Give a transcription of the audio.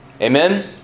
Amen